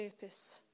purpose